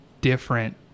different